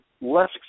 less